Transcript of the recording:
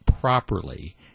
properly